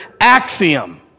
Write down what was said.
axiom